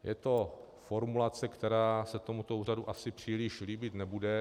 Je to formulace, která se tomuto úřadu asi příliš líbit nebude.